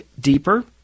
deeper